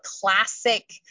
classic